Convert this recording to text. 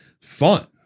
fun